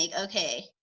okay